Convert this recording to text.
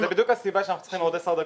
זו בדיוק הסיבה שאנחנו צריכים עוד 10 דקות,